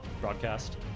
broadcast